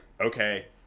okay